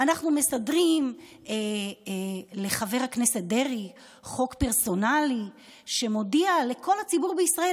אנחנו מסדרים לחבר הכנסת דרעי חוק פרסונלי שמודיע לכל הציבור בישראל,